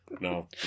No